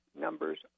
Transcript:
numbers